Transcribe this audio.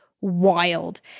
wild